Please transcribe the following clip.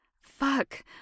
Fuck